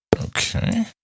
Okay